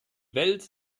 welt